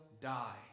die